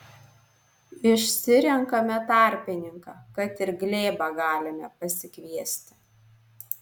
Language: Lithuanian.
išsirenkame tarpininką kad ir glėbą galime pasikviesti